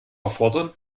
erfordern